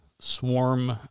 swarm